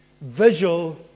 visual